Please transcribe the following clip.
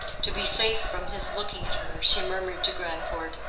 to be safe from his looking at her, she murmured to grandcourt,